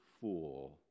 fool